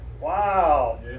wow